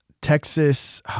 Texas